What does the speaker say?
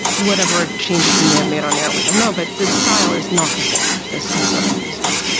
whatever ah changes he may have made on air we don't know, but the style is not the same as his other pieces, ah